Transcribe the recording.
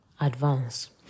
advance